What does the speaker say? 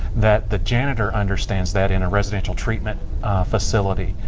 that the janitor understands that in a residential treatment facility,